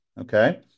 okay